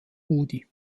rudi